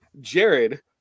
Jared